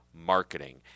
marketing